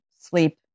sleep